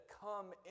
come